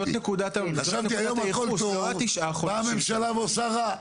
חשבתי שהיום הכול טוב, באה הממשלה ועושה רע,